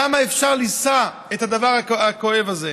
כמה אפשר לשאת את הדבר הכואב הזה?